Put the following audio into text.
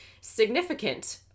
significant